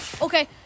Okay